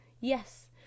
Yes